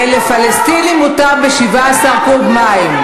ולפלסטינים מותר ב-17 קוב מים,